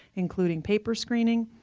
including paper screening,